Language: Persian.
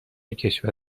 کشور